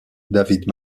david